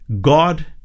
God